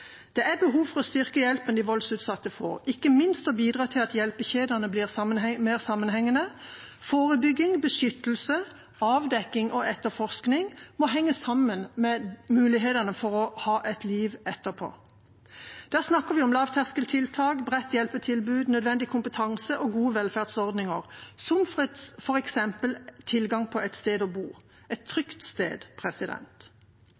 Det er behov for å styrke hjelpen de voldsutsatte får, ikke minst å bidra til at hjelpekjedene blir mer sammenhengende. Forebygging, beskyttelse, avdekking og etterforskning må henge sammen med muligheten for å ha et liv etterpå. Da snakker vi om lavterskeltiltak, bredt hjelpetilbud, nødvendig kompetanse og gode velferdsordninger, som f.eks. tilgang på et sted å bo – et